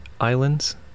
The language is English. Islands